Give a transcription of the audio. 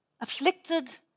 afflicted